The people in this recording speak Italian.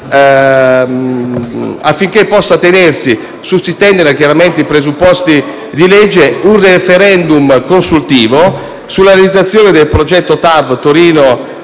affinché possa tenersi, sussistendo i presupposti di legge, un *referendum* consultivo sulla realizzazione del progetto TAV Torino-Lione